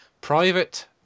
private